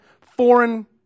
foreign